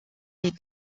les